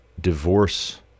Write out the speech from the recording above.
divorce